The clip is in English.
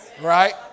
Right